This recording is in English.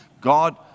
God